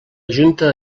junta